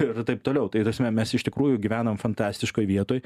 ir taip toliau tai ta prasme mes iš tikrųjų gyvenam fantastiškoj vietoj